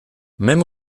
même